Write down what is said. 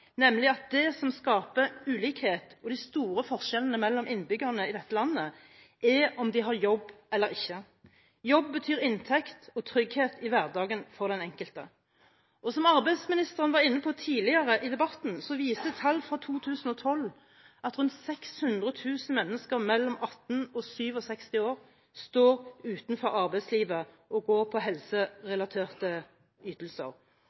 nemlig at det som skaper ulikhet og de store forskjellene mellom innbyggerne i dette landet, er om de har jobb eller ikke. Jobb betyr inntekt og trygghet i hverdagen for den enkelte. Og, som arbeidsministeren var inne på tidligere i debatten, så viste tall fra 2012 at rundt 600 000 mennesker mellom 18 og 67 år står utenfor arbeidslivet og går på helserelaterte ytelser.